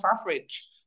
average